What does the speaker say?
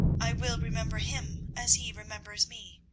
i will remember him as he remembers me.